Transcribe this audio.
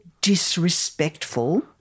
disrespectful